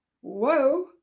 Whoa